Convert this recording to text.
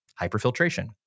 hyperfiltration